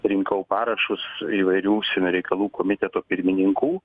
rinkau parašus įvairių užsienio reikalų komiteto pirmininkų